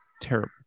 Terrible